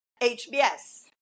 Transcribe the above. HBS